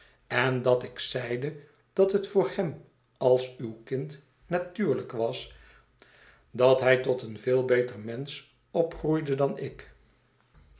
en dat ik zeide dat het voor hem als uw kind natuurlijk was dat hij tot een veel beter raensch opgroeide dan ik